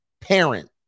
parent